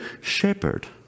shepherd